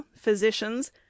physicians